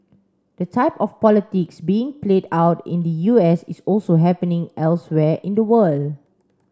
the type of politics being played out in the U S is also happening elsewhere in the world